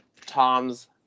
Tom's